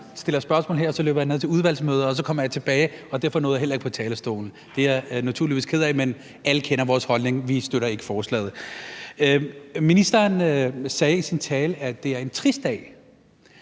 Jeg stiller spørgsmål her, så løber jeg ned til udvalgsmøder, og så kommer jeg tilbage, og derfor nåede jeg heller ikke på talerstolen. Det er jeg naturligvis ked af, men alle kender vores holdning – vi støtter ikke forslaget. Ministeren sagde i sin tale, at det er en trist dag.